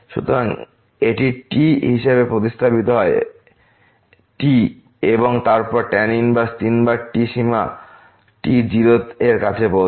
সুতরাং এটি t হিসাবে প্রতিস্থাপিত হয় t এবং তারপর tan inverse তিনবার t এবং সীমা t 0 এর কাছে পৌঁছায়